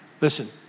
Listen